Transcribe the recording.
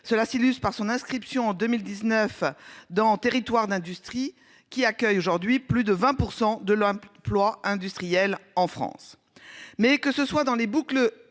Cela s'illustrent par son inscription en 2019 dans territoires d'industrie qui accueille aujourd'hui plus de 20% de l'ploie industriel en France. Mais que ce soit dans les boucles